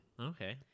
Okay